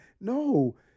No